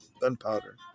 gunpowder